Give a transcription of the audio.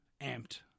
amped